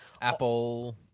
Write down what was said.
Apple